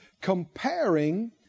comparing